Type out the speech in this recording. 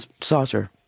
saucer